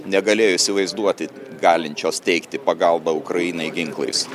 negalėjo įsivaizduoti galinčios teikti pagalbą ukrainai ginklais